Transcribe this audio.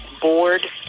board